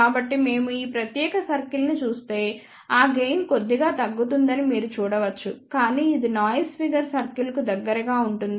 కాబట్టి మేము ఈ ప్రత్యేకమైన సర్కిల్ ని చూస్తే ఆ గెయిన్ కొద్దిగా తగ్గుతుందని మీరు చూడవచ్చు కాని ఇది నాయిస్ ఫిగర్ సర్కిల్కు దగ్గరగా ఉంటుంది